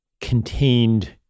contained